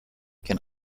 can